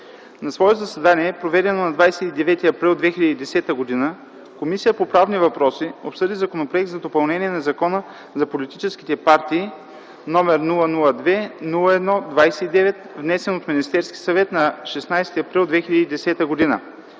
На свое заседание, проведено на 29 април 2010 г., Комисията по правни въпроси, обсъди Законопроекта за допълнение на Закона за политическите партии, № 002-01-29, внесен от Министерския съвет на 16 април 2010 г.